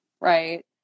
right